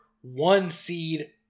one-seed